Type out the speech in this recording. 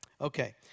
Okay